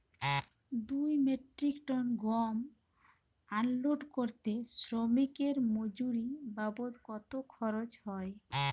দুই metric ton গম unload করতে শ্রমিক এর মজুরি বাবদ কত খরচ হয়?